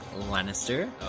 Lannister